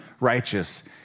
righteous